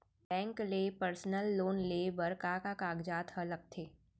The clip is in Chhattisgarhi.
बैंक ले पर्सनल लोन लेये बर का का कागजात ह लगथे?